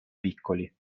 piccoli